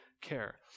care